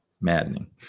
maddening